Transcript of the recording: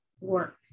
work